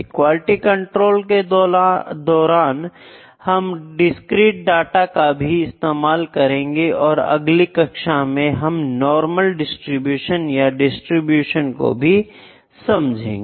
quality control के दौरान हम डिस्क्रीट डाटा का भी इस्तेमाल करेंगे तथा अगली कक्षा में हम नॉर्मल डिस्ट्रीब्यूशन या डिस्ट्रीब्यूशन को भी समझेंगे